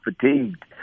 fatigued